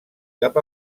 cap